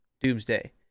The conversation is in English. Doomsday